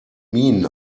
minen